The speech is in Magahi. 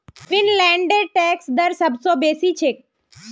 फिनलैंडेर टैक्स दर सब स बेसी छेक